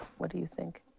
what do you think?